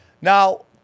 Now